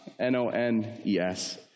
N-O-N-E-S